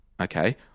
Okay